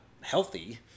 healthy